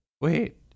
Wait